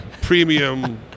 premium